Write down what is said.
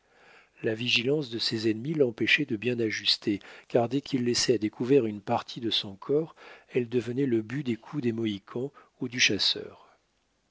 la vigilance de ses ennemis l'empêchait de bien ajuster car dès qu'il laissait à découvert une partie de son corps elle devenait le but des coups des mohicans ou du chasseur